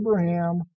Abraham